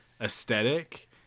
aesthetic